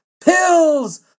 Pills